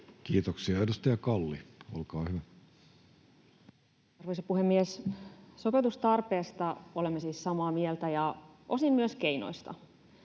suunnitelmasta Time: 15:18 Content: Arvoisa puhemies! Sopeutustarpeesta olemme siis samaa mieltä ja osin myös keinoista.